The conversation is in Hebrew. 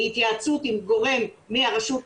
בהתייעצות עם גורם מהרשות,